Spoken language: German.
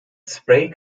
spray